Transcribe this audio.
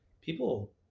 people